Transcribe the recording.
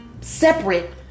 separate